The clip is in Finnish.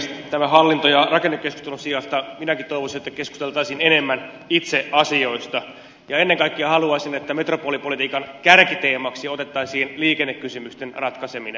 tämän hallinto ja rakennekeskustelun sijasta minäkin toivoisin että keskusteltaisiin enemmän itse asioista ja ennen kaikkea haluaisin että metropolipolitiikan kärkiteemaksi otettaisiin liikennekysymysten ratkaiseminen